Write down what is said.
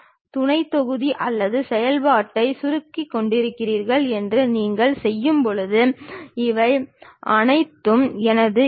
செங்குத்து துணை தளமும் சாய்வாக உள்ளது ஆனால் இங்கு செங்குத்து தளமும் சாய்ந்தது